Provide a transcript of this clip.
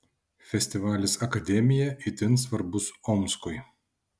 festivalis akademija itin svarbus omskui